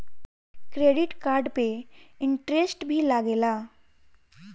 Credit card पे interest भी लागेला?